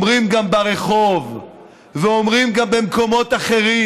אומרים גם ברחוב ואומרים גם במקומות אחרים,